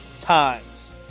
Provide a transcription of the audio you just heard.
times